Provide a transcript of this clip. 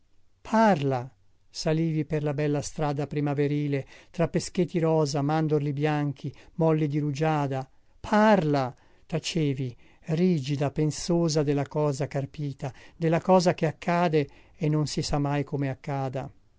parla salivi per la bella strada primaverile tra pescheti rosa mandorli bianchi molli di rugiada parla tacevi rigida pensosa della cosa carpita della cosa che accade e non si sa mai come accada